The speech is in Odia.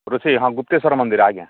ରୋଷେଇ ହଁ ଗୁପ୍ତେଶ୍ୱର ମନ୍ଦିର ହଁ ଆଜ୍ଞା